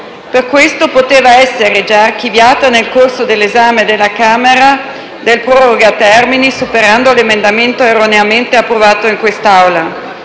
Per questo poteva essere già archiviata nel corso dell'esame alla Camera del decreto-legge proroga termini, superando l'emendamento erroneamente approvato in quest'Aula.